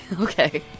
Okay